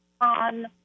on